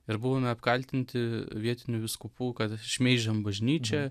ir buvome apkaltinti vietinių vyskupų kad šmeižiam bažnyčią